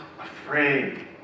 afraid